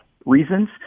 reasons